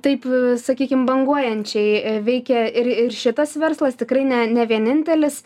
taip sakykim banguojančiai veikia ir ir šitas verslas tikrai ne ne vienintelis